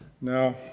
Now